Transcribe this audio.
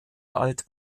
alt